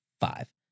five